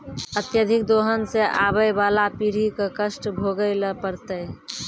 अत्यधिक दोहन सें आबय वाला पीढ़ी क कष्ट भोगै ल पड़तै